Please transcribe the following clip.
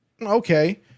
Okay